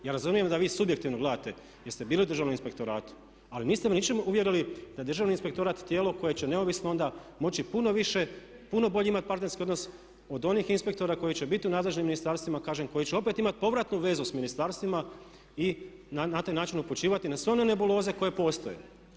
Ja razumijem da vi subjektivno gledate jer ste bili u Državnom inspektoratu ali niste me ničime uvjerili da Državni inspektorat je tijelo koje će neovisno onda moći puno više, puno bolji imati partnerski odnos od onih inspektora koji će biti u nadležnim ministarstvima kažem koji će opet imati povratnu vezu s ministarstvima i na taj način upućivati na sve one nebuloze koje postoje.